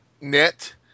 net